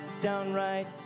downright